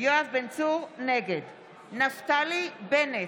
נגד נפתלי בנט,